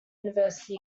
university